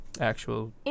actual